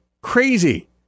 crazy